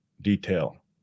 detail